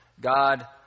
God